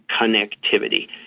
connectivity